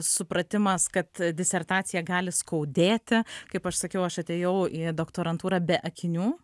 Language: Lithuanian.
supratimas kad disertacija gali skaudėti kaip aš sakiau aš atėjau į doktorantūrą be akinių